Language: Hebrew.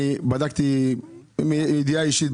אני בדקתי ואני אומר מידיעה אישית,